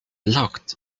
locked